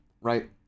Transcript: Right